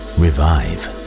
revive